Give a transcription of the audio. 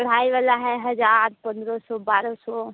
कढ़ाई वाला है हज़ार पंद्रह सौ बारह सौ